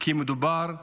כי מדובר בערבים.